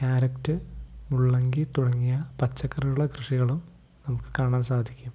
carrot മുള്ളങ്കി തുടങ്ങിയ പച്ചക്കറികളുടെ കൃഷികളും നമുക്കു കാണാൻ സാധിക്കും